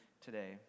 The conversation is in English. today